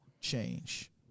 change